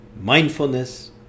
mindfulness